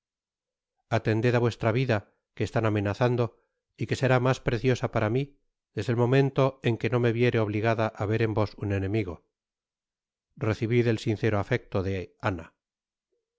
atended á vuestra vida que están amenazando y que será mas preciosa para mí desde el momento en que no me viere obligada á ver en vos un enemigo recibid el sincero afecto de ana